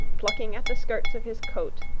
plucking at the skirts of his coat,